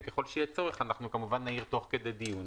וככל שיהיה צורך אנחנו כמובן נעיר תוך כדי הדיון,